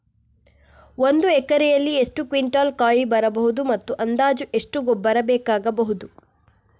ಒಂದು ಎಕರೆಯಲ್ಲಿ ಎಷ್ಟು ಕ್ವಿಂಟಾಲ್ ಕಾಯಿ ಬರಬಹುದು ಮತ್ತು ಅಂದಾಜು ಎಷ್ಟು ಗೊಬ್ಬರ ಬೇಕಾಗಬಹುದು?